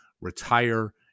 retire